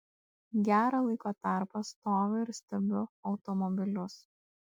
gerą laiko tarpą stoviu ir stebiu automobilius